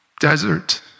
desert